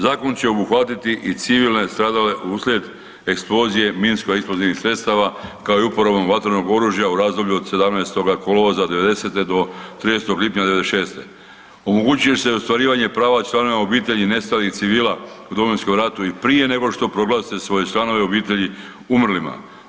Zakon će obuhvatiti i civilne stradale uslijed eksplozije minsko-eksplozivnih sredstava kao i uporabom vatrenog oružja u razdoblju od 17. kolovoza '90.-te do 30. lipnja '96. omogućuje se ostvarivanje prava članova obitelji nestalih civila u Domovinskom ratu i prije nego što proglase svoje članovi obitelji umrlima.